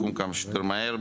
ותקום כמה שיותר מהר,